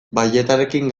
balletarekin